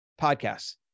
Podcasts